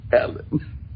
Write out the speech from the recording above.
Ellen